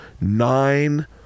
nine